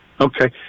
Okay